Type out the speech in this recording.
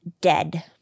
dead